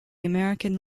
american